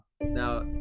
Now